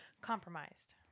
compromised